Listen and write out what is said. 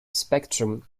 spectrum